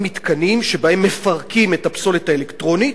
ומתקנים שבהם מפרקים את הפסולת האלקטרונית.